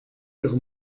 ihre